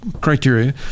criteria